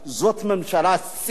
זאת ממשלה צינית,